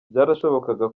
byarashobokaga